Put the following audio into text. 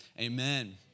amen